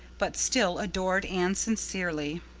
but still adored anne sincerely.